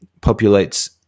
populates